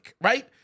right